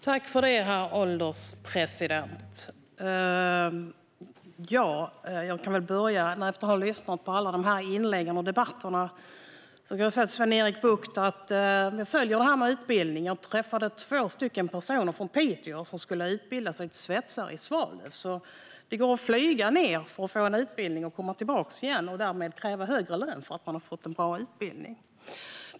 Herr ålderspresident! Efter att ha lyssnat på alla inlägg vill jag säga till Sven-Erik Bucht att jag följer detta med utbildning. Jag träffade två personer från Piteå som skulle utbilda sig till svetsare i Svalöv. Det går alltså att flyga ned för att få en utbildning och sedan komma tillbaka igen och kräva högre lön för att man har fått en bra utbildning.